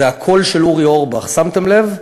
זה הקול של אורי אורבך, שמתם לב?